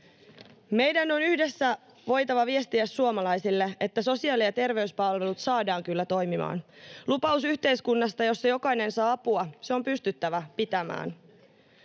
Meidän on yhdessä voitava viestiä suomalaisille, että sosiaali- ja terveyspalvelut saadaan kyllä toimimaan. Lupaus yhteiskunnasta, jossa jokainen saa apua, on pystyttävä pitämään.